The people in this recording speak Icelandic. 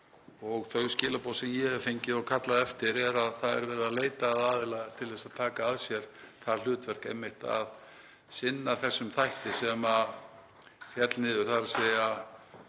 og þau skilaboð sem ég hef fengið og kallað eftir er að það er verið að leita að aðila til þess að taka að sér það hlutverk einmitt að sinna þessum þætti sem féll niður og var